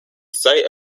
site